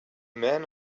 men